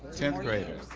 tenth grader.